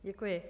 Děkuji.